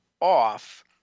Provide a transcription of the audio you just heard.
off